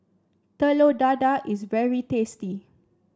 Telur Dadah is very tasty